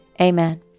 Amen